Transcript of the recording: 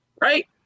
right